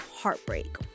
heartbreak